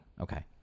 Okay